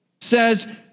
says